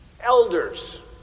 Elders